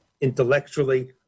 intellectually